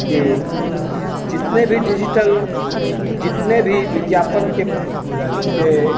कि जितने भी डिजिटल जितने भी विज्ञापन के के